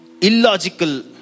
illogical